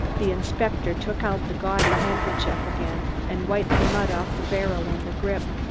the inspector took out the gaudy handkerchief again and wiped the mud off the barrel and the grip.